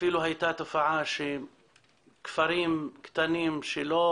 אפילו הייתה תופעה שכפרים קטנים שלא